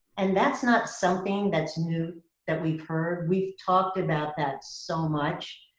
and that's not something that's new that we've heard. we've talked about that so much.